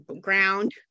ground